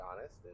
honest